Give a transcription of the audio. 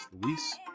Luis